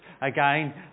again